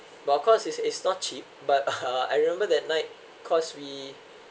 but of course it's it's not cheap but uh I remember that night cause we